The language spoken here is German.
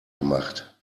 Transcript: gemacht